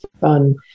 fun